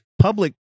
public